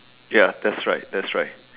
ya that's right that's right